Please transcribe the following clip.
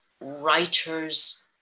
writers